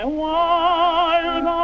wild